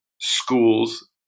schools